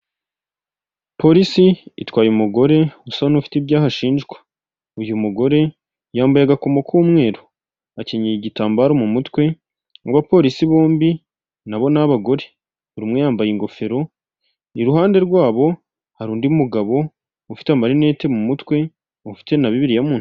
Polisi itwaye umugore usa n'ufite ibyaha ashinjwa. Uyu mugore yambaye agakomo k'umweru. Akenyeye igitambaro mu mutwe, abo bapolisi bombi na bo ni abagore. Buri umwe yambaye ingofero, iruhande rwabo hari undi mugabo ufite amarinete mu mutwe, ufite na bibiliya mu.